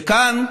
וכאן,